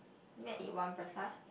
wrap in one prata